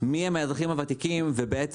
את השירות הטוב ביותר לצרכן, ולזהות